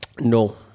No